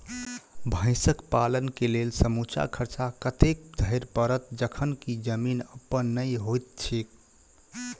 भैंसक पालन केँ लेल समूचा खर्चा कतेक धरि पड़त? जखन की जमीन अप्पन नै होइत छी